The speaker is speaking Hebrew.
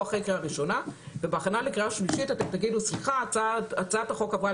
אחרי קריאה ראשונה ובהכנה לקריאה שלישית תאמרו שהצעת החוק עברה